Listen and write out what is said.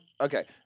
okay